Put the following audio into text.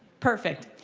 perfect.